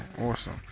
awesome